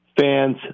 fans